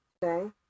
today